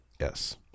Yes